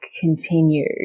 continue